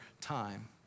time